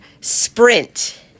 sprint